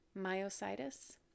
myositis